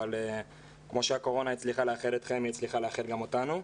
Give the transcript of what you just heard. אבל כמו שהקורונה הצליחה לאחד אתכם היא הצליחה לאחד גם אותנו.